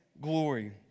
glory